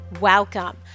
welcome